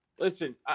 Listen